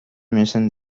müssen